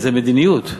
זו מדיניות.